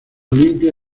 olimpia